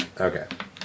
Okay